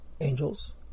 angels